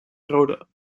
rode